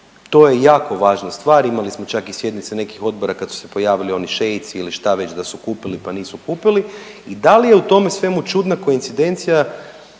to je jako važna stvar, imali smo čak i sjednice nekih odbora kad su se pojavili oni šeici ili šta već da su kupili pa nisu kupili. I da li je u tome svemu čudna koincidencija